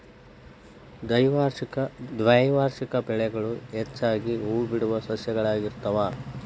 ದ್ವೈವಾರ್ಷಿಕ ಬೆಳೆಗಳು ಹೆಚ್ಚಾಗಿ ಹೂಬಿಡುವ ಸಸ್ಯಗಳಾಗಿರ್ತಾವ